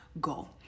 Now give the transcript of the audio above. goal